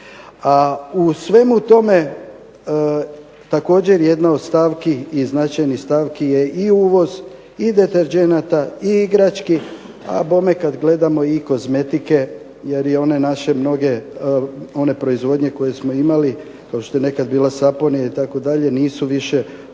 a u svemu tome također jedna od stavki i značajnih stavki je i uvoz i deterdženata i igrački a bome kad gledamo i kozmetike jer je one naše mnoge, one proizvodnje koje smo imali kao što je nekad bila Saponia itd. nisu više toliko